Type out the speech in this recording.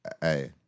Hey